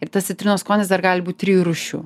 ir tas citrinos skonis dar gali būt trijų rūšių